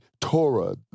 Torah